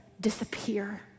disappear